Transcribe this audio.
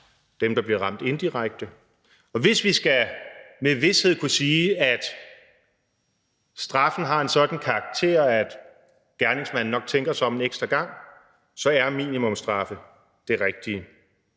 dem, der bliver ramt indirekte, og med vished skal kunne sige, at straffen har en sådan karakter, at gerningsmanden nok tænker sig om en ekstra gang, så er minimumsstraffe det rigtige.